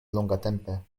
longatempe